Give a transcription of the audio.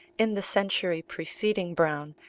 in the century preceding browne,